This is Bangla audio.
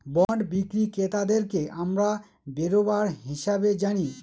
বন্ড বিক্রি ক্রেতাদেরকে আমরা বেরোবার হিসাবে জানি